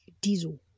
diesel